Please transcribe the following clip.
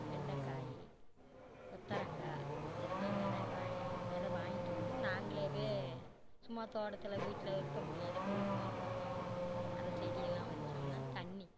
வெண்டைக்காய் கொத்தவரங்காய் எல்லாம் விர வா விர வாங்கிட்டு வந்து நாங்களேவே சும்மா தோட்டத்தில் வீட்டில இருக்க முடியாத பொழுதுபோகிறதுக்கு அப்புறம் அந்த செடி எல்லாம் வச்சோம்ன்னால் தண்ணி